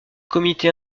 comité